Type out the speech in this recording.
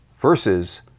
versus